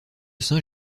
saint